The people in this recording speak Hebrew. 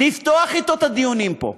לפתוח אתו את הדיונים פה,